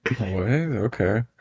Okay